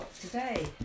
today